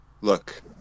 Look